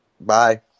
Bye